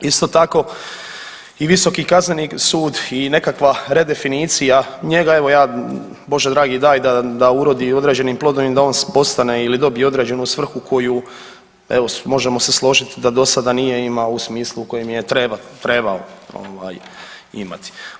Isto tako i visoki kazneni sud i nekakva redefinicija njega evo ja Bože dragi daj da, da urodi određenim plodovima da on postane ili dobije određenu svrhu koju evo možemo se složit da do sada nije imao u smislu u kojem je trebao ovaj imati.